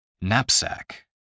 Knapsack